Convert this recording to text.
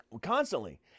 constantly